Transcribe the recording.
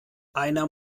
einer